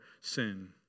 sin